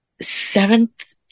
seventh